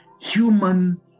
human